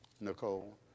Nicole